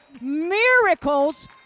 miracles